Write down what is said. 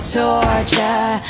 torture